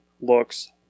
looks